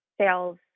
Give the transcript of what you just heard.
sales